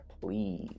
please